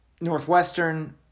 Northwestern